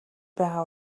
байгаа